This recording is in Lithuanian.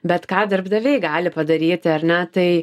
bet ką darbdaviai gali padaryti ar ne tai